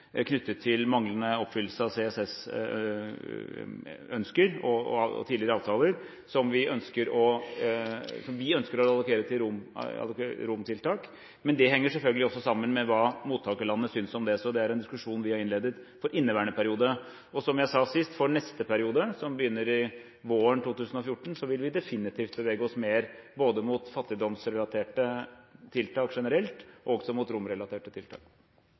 vi ønsker å allokere til romtiltak. Men det henger selvfølgelig også sammen med hva mottakerlandene synes om det, så det er en diskusjon vi har innledet for inneværende periode, og, som jeg sa sist, for neste periode, som begynner våren 2014, vil vi definitivt bevege oss mer både mot fattigdomsrelaterte tiltak generelt og mot romrelaterte tiltak.